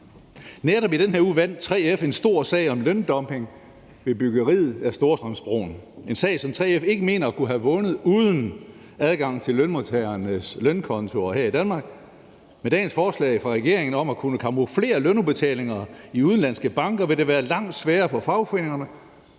Netop i den her uge vandt 3F en stor sag om løndumping ved byggeriet af Storstrømsbroen, en sag, som 3F ikke mener at kunne have vundet uden adgang til lønmodtagernes lønkonti her i Danmark. Med dagens forslag fra regeringen om at kunne camouflere lønudbetalinger i udenlandske banker vil det være langt sværere for fagforeningerne